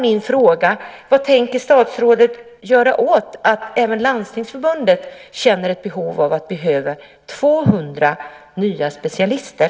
Min fråga är: Vad tänker statsrådet göra åt att även Landstingsförbundet anser att vi behöver 200 nya specialister?